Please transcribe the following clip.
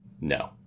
No